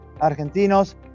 Argentinos